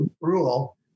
rule